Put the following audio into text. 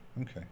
Okay